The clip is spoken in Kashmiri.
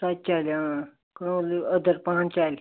سَہ تہِ چَلہِ اۭں أدٕر پَہن چَلہِ